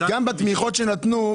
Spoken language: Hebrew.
גם בתמיכות שנתנו,